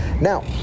Now